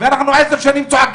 ואנחנו עשר שנים צועקים.